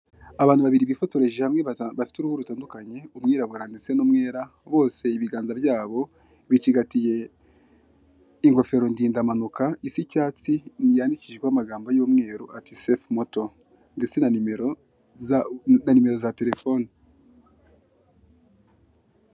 Abantu babiri bifotoreje hamwe, bafite uruhu rutandukanye; umwirabura ndetse n'umwera. Bose ibiganza byabo bicigatiye ingofero ndindampanuka Isa icyatsi, yandikishijweho amagambo y'umweru, ati sefu moto ndetse na nimero za telefoni.